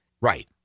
right